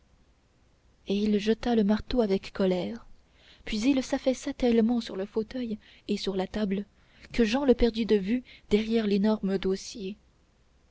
et il jeta le marteau avec colère puis il s'affaissa tellement sur le fauteuil et sur la table que jehan le perdit de vue derrière l'énorme dossier